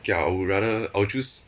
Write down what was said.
okay I would rather I would choose